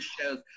shows